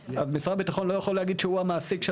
משרד הביטחון לא יכול להגיד שהוא לבדו המעסיק של